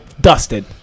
Dusted